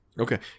Okay